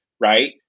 right